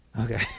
Okay